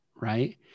right